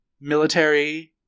military